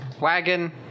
wagon